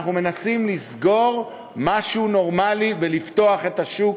אנחנו מנסים לסגור משהו נורמלי ולפתוח את השוק,